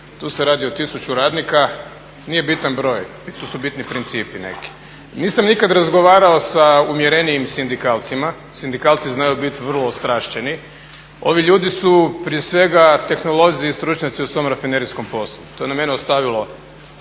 tu se radi o 1000 radnika, nije bitan broj, tu su bitni principi neki. Nisam nikad razgovarao sa umjerenijim sindikalcima, sindikalci znaju biti vrlo ostrašćeni. Ovi ljudi su prije svega tehnolozi i stručnjaci u svom rafinerijskom poslu, to je na mene ostavilo